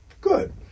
Good